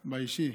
באישי.